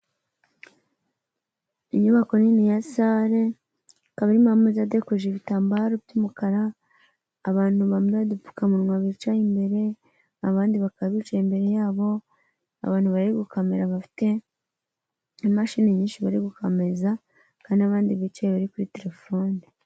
Inyubako nini ya sare, ikaba irimo ameza adekoje ibitambaro by'umukara, abantu bambaye udupfukamunwa bicaye imbere, abandi bakaba bicaye imbere yabo, abantu bari gukamera bafite imashini nyinshi bari gukameza, hakaba hari n'abandi bicaye bari kuri terefone.